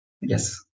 Yes